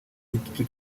gitutu